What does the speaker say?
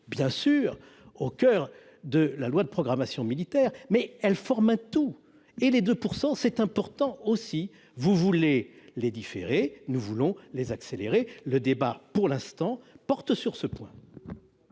évidemment au coeur de la loi de programmation militaire. Mais celle-ci forme un tout, et les 2 % sont aussi importants. Vous voulez les différer, nous voulons les accélérer. Le débat pour l'instant porte sur ce point.